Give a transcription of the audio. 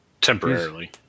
temporarily